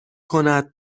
کند